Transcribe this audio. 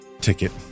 ticket